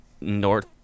north